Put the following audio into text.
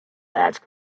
ask